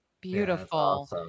Beautiful